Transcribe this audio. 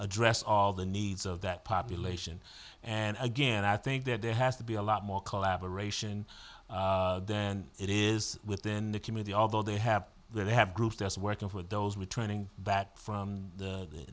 address all the needs of that population and again i think that there has to be a lot more collaboration then it is within the committee although they have they have groups that's working for those with training that from the